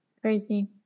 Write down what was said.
Crazy